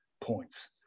points